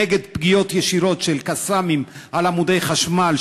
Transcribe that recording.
נגד פגיעות ישירות של "קסאמים" בעמודי חשמל,